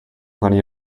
plenty